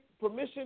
permission